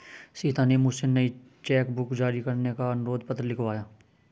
सीता ने मुझसे नई चेक बुक जारी करने का अनुरोध पत्र लिखवाया